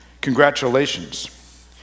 congratulations